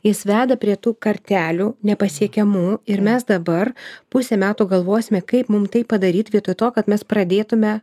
jis veda prie tų kartelių nepasiekiamų ir mes dabar pusę metų galvosime kaip mum tai padaryt vietoj to kad mes pradėtume